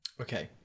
Okay